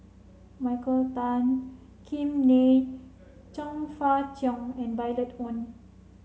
Michael Tan Kim Nei Chong Fah Cheong and Violet Oon